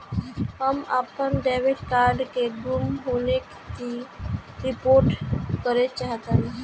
हम अपन debit card के गुम होने की रिपोर्ट करे चाहतानी